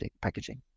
packaging